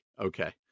okay